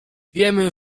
wiemy